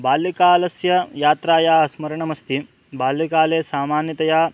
बाल्यकालस्य यात्रायाः स्मरणमस्ति बाल्यकाले सामान्यतया